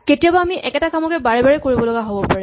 কেতিয়াবা আমি একেটা কামকে বাৰে বাৰে কৰিবলগা হ'ব পাৰে